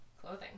clothing